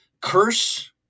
curse